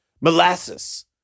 Molasses